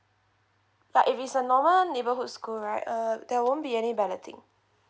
but if it's a normal neighbourhood school right uh there won't be any balloting